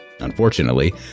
Unfortunately